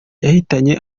yahitanye